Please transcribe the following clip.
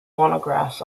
monographs